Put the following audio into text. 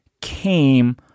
came